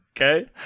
Okay